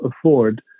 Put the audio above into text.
afford